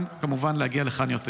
וכמובן גם להגיע לכאן יותר.